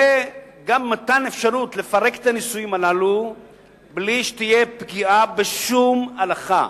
וגם מה האפשרות לפרק את הנישואים הללו בלי שתהיה פגיעה בשום הלכה.